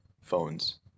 phones